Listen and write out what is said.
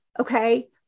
Okay